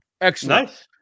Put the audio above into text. excellent